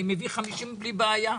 אני מביא 50 בלי בעיה.